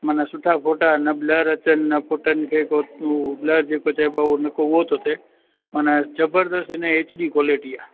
मना सुठा फ़ोटा न ब्लर अचनि न फ़ोटनि खे को उहो ब्लर जेको चइबो आहे न को उहो थो थिए माना ज़बरदस्तु हिनजी एचडी क्वालिटी आहे